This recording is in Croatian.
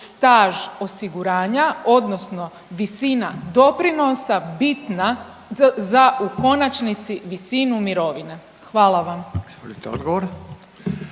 staž osiguranja odnosno visina doprinosa bitna za u konačnici visinu mirovine. Hvala vam.